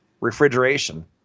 Refrigeration